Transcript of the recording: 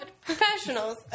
professionals